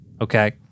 Okay